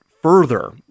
further